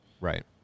Right